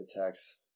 attacks